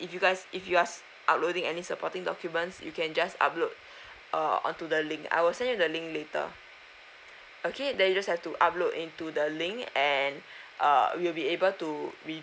if you guys if you guys uploading any supporting documents you can just upload uh onto the link I will send you the link later okay then you just have to upload into the link and err we will be able to re~